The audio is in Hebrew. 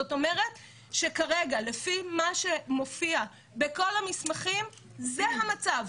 זאת אומרת שכרגע לפי מה שמופיע בכל המסמכים זה המצב.